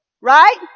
right